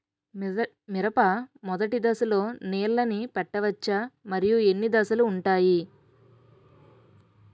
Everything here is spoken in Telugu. మిరప మొదటి దశలో నీళ్ళని పెట్టవచ్చా? మరియు ఎన్ని దశలు ఉంటాయి?